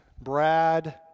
Brad